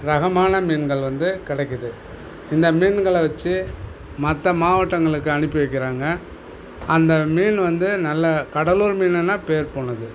ரகமான மீன்கள் வந்து கிடைக்கிது இந்த மீன்களை வச்சு மற்ற மாவட்டங்களுக்கு அனுப்பி வைக்கிறாங்க அந்த மீன் வந்து நல்ல கடலூர் மீனுன்னால் பேர் போனது